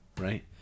Right